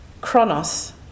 chronos